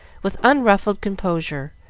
with unruffled composure,